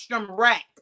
Rack